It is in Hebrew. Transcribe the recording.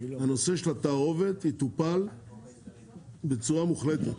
הנושא של התערובת יטופל בצורה מוחלטת,